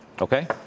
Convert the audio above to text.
Okay